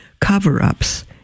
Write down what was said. cover-ups